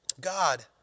God